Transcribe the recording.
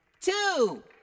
two